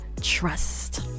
Trust